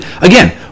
again